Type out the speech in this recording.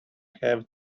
have